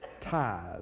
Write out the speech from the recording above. tithe